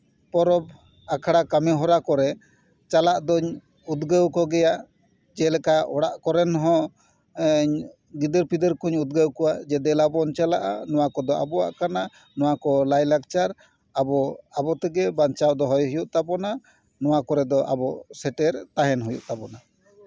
ᱯᱚᱨᱚᱵᱽ ᱟᱠᱷᱲᱟ ᱠᱟᱹᱢᱤ ᱦᱚᱨᱟ ᱠᱚᱨᱮᱜ ᱪᱟᱞᱟᱜ ᱫᱩᱧ ᱩᱫᱽᱜᱟᱹᱣ ᱠᱚᱜᱮᱭᱟ ᱡᱮᱞᱮᱠᱟ ᱚᱲᱟᱜ ᱠᱚᱨᱮᱱ ᱦᱚᱸ ᱜᱤᱫᱟᱹᱨ ᱯᱤᱫᱟᱹᱨ ᱠᱚᱧ ᱩᱫᱽᱜᱟᱹᱣ ᱠᱚᱣᱟ ᱫᱮᱞᱟ ᱵᱚᱱ ᱪᱟᱞᱟᱜᱼᱟ ᱱᱚᱣᱟ ᱠᱚᱫᱚ ᱟᱵᱚᱣᱟᱜ ᱠᱟᱱᱟ ᱱᱚᱣᱟ ᱠᱚ ᱞᱟᱭᱼᱞᱟᱠᱪᱟᱨ ᱟᱵᱚ ᱟᱵᱚ ᱛᱮᱜᱮ ᱵᱟᱧᱪᱟᱣ ᱫᱚᱦᱚᱭ ᱦᱩᱭᱩᱜ ᱛᱟᱵᱚᱱᱟ ᱱᱚᱣᱟ ᱠᱚᱨᱮ ᱫᱚ ᱟᱵᱚ ᱥᱮᱴᱮᱨ ᱛᱟᱦᱮᱱ ᱦᱩᱭᱩᱜ ᱛᱟᱵᱚᱱᱟ